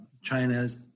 China's